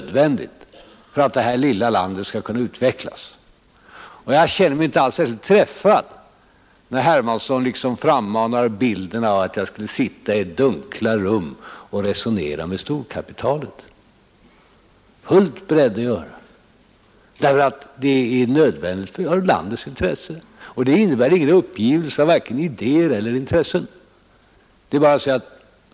Därför känner jag mig inte särskilt träffad när herr Hermansson liksom frammanar bilden att jag skulle sitta i dunkla rum och resonera med storkapitalet. Det är jag fullt beredd att göra därför att det är nödvändigt för landets intresse. Det innebär ingen uppgivelse av vare sig idéer eller intressen.